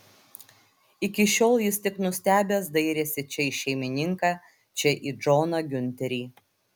iki šiol jis tik nustebęs dairėsi čia į šeimininką čia į džoną giunterį